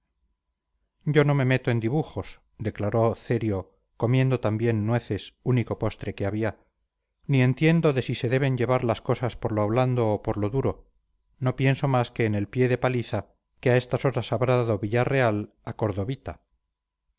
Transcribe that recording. yo no me meto en dibujos declaró cerio comiendo también nueces único postre que había ni entiendo de si se deben llevar las cosas por lo blando o por lo duro no pienso más que en el pie de paliza que a estas horas habrá dado villarreal a